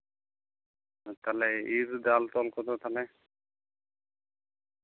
ᱛᱟᱦᱚᱞᱮ ᱤᱨ ᱫᱟᱞ ᱠᱚᱫᱚ ᱛᱟᱦᱚᱞᱮ